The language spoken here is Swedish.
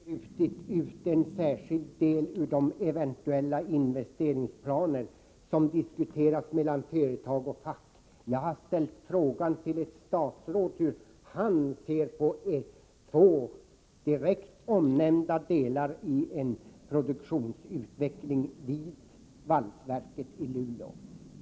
Herr talman! Jag har inte brutit ut en särskild del ur de eventuella investeringsplaner som diskuteras mellan företag och fack. Jag har ställt frågan till ett statsråd hur han ser på två direkt omnämnda delar i en pruduktionsutveckling vid valsverket i Luleå.